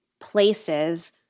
places